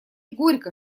горько